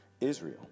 Israel